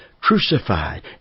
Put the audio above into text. crucified